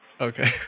Okay